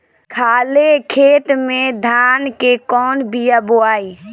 खाले खेत में धान के कौन बीया बोआई?